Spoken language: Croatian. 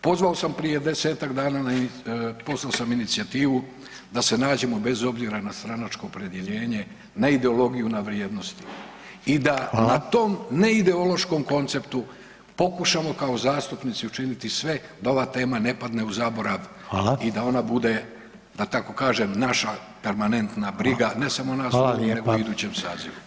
Pozvao sam prije 10-tak dana na, poslao sam inicijativu da se nađemo bez obzira na stranačko opredjeljenje, na ideologiju i na vrijednosti i da na tom neideološkom konceptu pokušamo kao zastupnici učiniti sve da ova tema ne padne u zaborav i da ona bude da tako kažem naša permanentna briga ne samo nas u ovome nego i u idućem sazivu.